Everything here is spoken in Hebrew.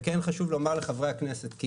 וכן חשוב לומר לחברי הכנסת,